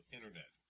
Internet